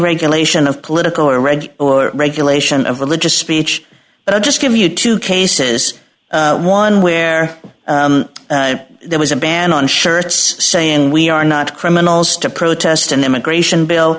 regulation of political or reg or regulation of religious speech but i'll just give you two cases one where there was a ban on shirts saying we are not criminals to protest an immigration bill